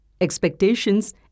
Expectations